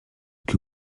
que